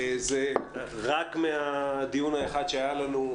רק מהדיון האחד שהיה לנו,